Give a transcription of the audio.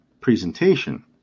presentation